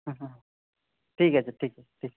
হ্যাঁ হ্যাঁ ঠিক আছে ঠিক আছে ঠিক